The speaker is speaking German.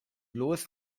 bloß